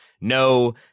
no